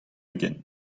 ugent